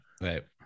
right